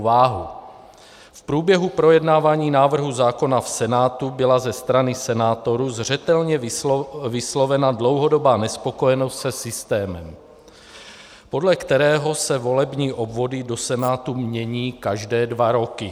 V průběhu projednávání návrhu zákona v Senátu byla ze strany senátorů zřetelně vyslovena dlouhodobá nespokojenost se systémem, podle kterého se volební obvody do Senátu mění každé dva roky.